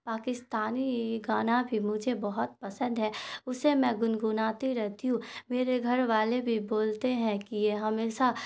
پاکستانی گانا بھی مجھے بہت پسند ہے اسے میں گنگناتی رہتی ہوں میرے گھر والے بھی بولتے ہیں کہ یہ ہمیشہ